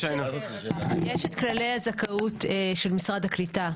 יש את כללי הזכאות של משרד הקליטה,